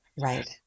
Right